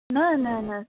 न न न